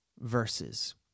verses